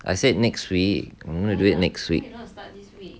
I said next week we're gonna do it next week